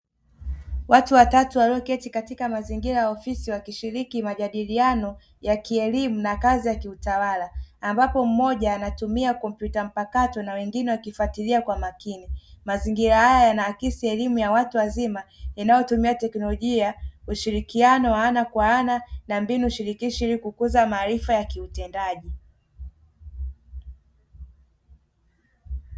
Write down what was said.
Watu watatu walioketi katika mazingira ya ofisi, wakishirikiana majadiliano ya kielimu na kazi za kiutawala, ambapo mmoja anatumia kompyuta mpakato na wengine wakifuatilia kwa makini. Mazingira haya yanaakisi elimu ya watu wazima, inayotumia teknolojia, ushirikiano wa ana kwa ana, na mbinu shirikishi ili kukuza maarifa ya kiutendaji.